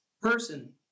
person